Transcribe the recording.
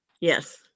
Yes